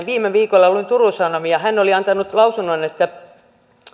viime viikolla luin turun sanomia ja hän oli antanut lausunnon että